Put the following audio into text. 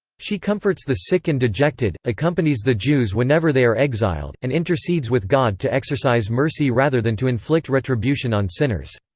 she comforts the sick and dejected, accompanies the jews whenever they are exiled, and intercedes with god to exercise mercy rather than to inflict retribution on sinners.